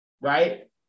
Right